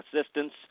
assistance